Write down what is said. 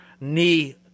knee –